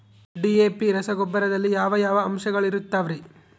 DAP ರಸಗೊಬ್ಬರದಲ್ಲಿ ಯಾವ ಯಾವ ಅಂಶಗಳಿರುತ್ತವರಿ?